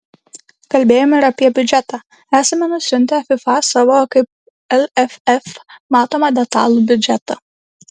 kalbėjome ir apie biudžetą esame nusiuntę fifa savo kaip lff matomą detalų biudžetą